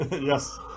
Yes